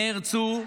נהרגו,